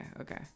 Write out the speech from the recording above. okay